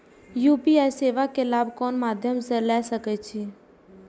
UPI सेवा के लाभ कोन मध्यम से ले सके छी?